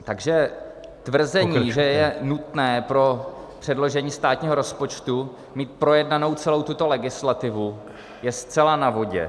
Takže tvrzení, že je nutné pro předložení státního rozpočtu mít projednanou celou tuto legislativu, je zcela na vodě.